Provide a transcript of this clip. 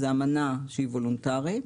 זו אמנה שהיא וולונטרית,